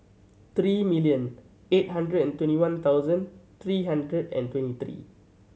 three million eight hundred and twenty one thousand three hundred and twenty three